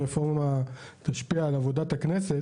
הרפורמה הצפויה במערכת המשפט על עבודת הכנסת״